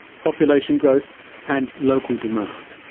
population growth and local demand.